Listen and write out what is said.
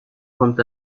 kommt